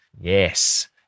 Yes